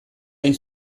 hain